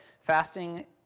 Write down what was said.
Fasting